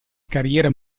carriera